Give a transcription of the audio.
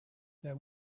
there